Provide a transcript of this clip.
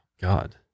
God